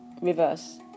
reverse